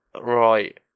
Right